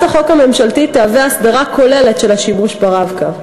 החוק הממשלתית תהווה הסדרה כוללת של השימוש ב"רב-קו":